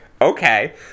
okay